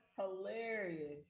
Hilarious